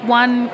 one